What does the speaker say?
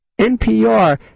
NPR